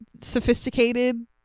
sophisticated